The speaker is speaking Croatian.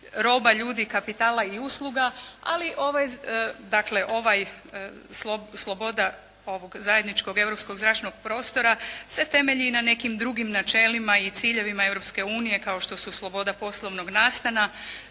ljudi, kapitala i usluga ali ovaj, dakle ovaj, sloboda ovog zajedničkog europskog zračnog prostora se temelji i na nekim drugim načelima i ciljevima Europske unije kao što su sloboda poslovnog nastana,